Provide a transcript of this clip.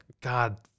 God